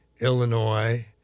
Illinois